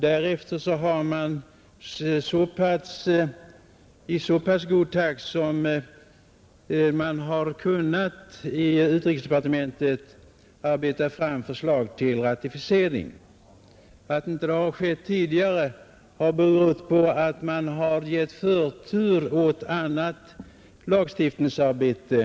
Därefter har man i departementet i så god takt man kunnat arbetat fram förslag till Godkännande av ratificering. Att förslaget inte blivit klart tidigare har berott på att man den europeiska givit förtur åt annat lagstiftningsarbete.